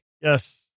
Yes